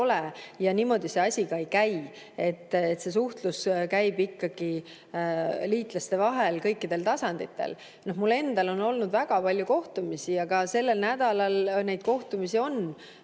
ole ja niimoodi see asi ei käi. See suhtlus käib liitlaste vahel kõikidel tasanditel. Mul endal on olnud väga palju kohtumisi ja ka sellel nädalal neid kohtumisi on.